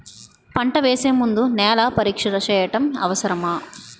పంట వేసే ముందు నేల పరీక్ష చేయటం అవసరమా?